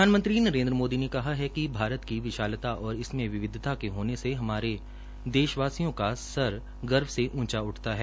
प्रधानमंत्री नरेन्द्र मोदी ने कहा है कि भारत की विशालता और इसमें विविधता के होने से होने से हमारे देशवासियों का सिर गर्व से ऊंचा उठता है